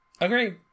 agree